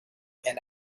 and